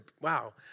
wow